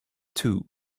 two